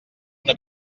una